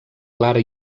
clara